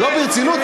לא, ברצינות.